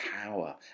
power